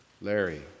Larry